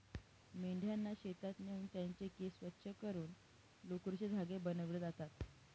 मेंढ्यांना शेतात नेऊन त्यांचे केस स्वच्छ करून लोकरीचे धागे बनविले जातात